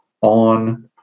on